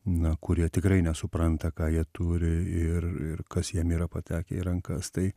na kurie tikrai nesupranta ką jie turi ir ir kas jiem yra patekę į rankas tai